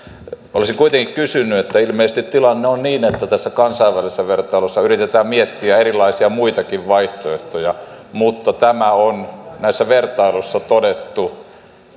olisin kuitenkin kysynyt siitä kun ilmeisesti tilanne on että kansainvälisessä vertailussa yritetään miettiä erilaisia muitakin vaihtoehtoja mutta tämä on näissä vertailuissa todettu